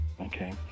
Okay